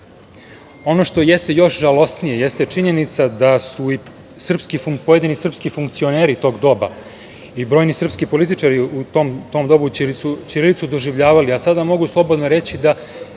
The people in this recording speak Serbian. što jeste još žalosnije jeste činjenica da su i pojedini srpski funkcioneri tog doba i brojni srpski političari u tom dobu ćirilicu doživljavali… Sada mogu slobodno reći da